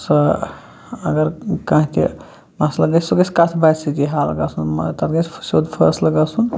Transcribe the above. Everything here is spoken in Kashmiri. سُہ اَگر کانٛہہ تہِ مسلہٕ گَژِھ سُہ گَژِھ کَتھ باتھِ سٟتی حَل گَژُھن مگر تَتھ گَژھِ سیٚود فٲصلہٕ گَژھُن